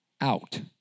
out